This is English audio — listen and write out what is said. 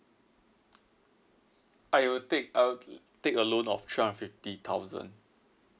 I will take a take a loan of three hundred fifty thousand